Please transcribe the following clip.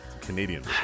Canadian